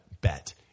Bet